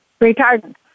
Retardant